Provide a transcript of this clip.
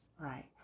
Right